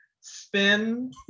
spin